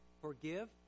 Forgive